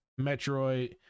Metroid